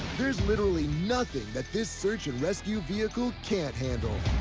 there's literally nothing that this search and rescue vehicle can't handle.